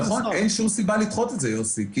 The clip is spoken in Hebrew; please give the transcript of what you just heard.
נכון, אין שום סיבה לדחות את זה, יוסי.